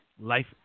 Life